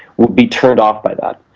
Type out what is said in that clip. would be turned off by that,